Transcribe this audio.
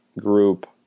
group